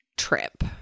trip